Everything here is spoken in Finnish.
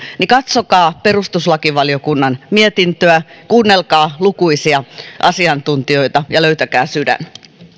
niin katsokaa perustuslakivaliokunnan lausuntoa kuunnelkaa lukuisia asiantuntijoita ja löytäkää sydän